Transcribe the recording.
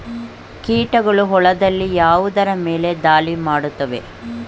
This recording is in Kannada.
ಕೀಟಗಳು ಹೊಲದಲ್ಲಿ ಯಾವುದರ ಮೇಲೆ ಧಾಳಿ ಮಾಡುತ್ತವೆ?